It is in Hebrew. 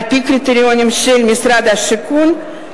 על-פי הקריטריונים של משרד השיכון,